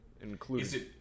Including